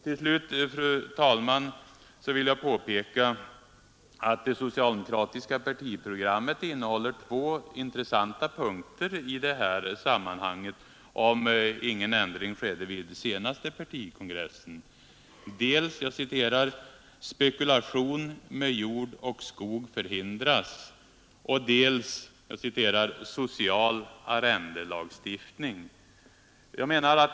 Till slut, fru talman, vill jag påpeka att det socialdemokratiska partiprogrammet innehåller två intressanta krav i det här sammanhanget, om ingen ändring skedde vid den senaste partikongressen, dels ”Spekulation med jord och skog förhindras”, dels ”Social arrendelagstiftning”.